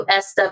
SW